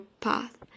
path